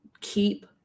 keep